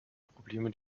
probleme